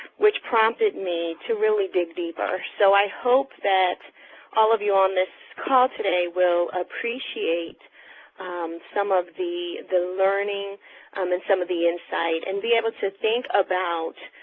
which prompted me to really dig deeper. so i hope that all of you on this call today will appreciate some of the the learning um and some of the insight and be able to think about